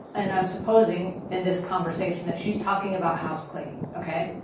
and i'm supposing in this conversation that she's talking about house cleaning. okay?